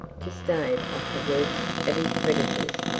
to stave off the worst of his creditors,